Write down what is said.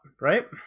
right